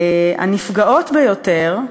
ביותר,